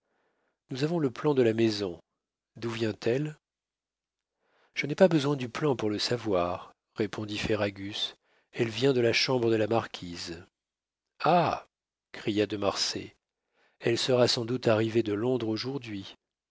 nous avons le plan de la maison d'où vient-elle je n'ai pas besoin du plan pour le savoir répondit ferragus elle vient de la chambre de la marquise ah cria de marsay elle sera sans doute arrivée de londres aujourd'hui